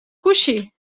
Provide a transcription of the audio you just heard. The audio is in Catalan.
coixí